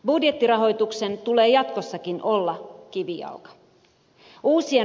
budjettirahoituksen tulee jatkossakin olla kivijalka